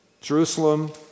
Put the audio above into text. Jerusalem